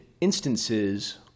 instances